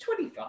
25